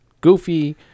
Goofy